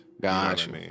Gotcha